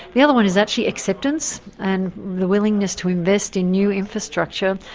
the other one is actually acceptance, and the willingness to invest in new infrastructure,